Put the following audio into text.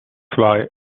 zwei